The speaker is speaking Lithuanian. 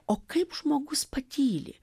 o kaip žmogus patyli